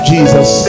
Jesus